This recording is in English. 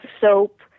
soap